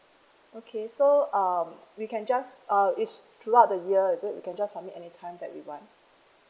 okay so um we can just uh is throughout the year is it we can just submit anytime that we want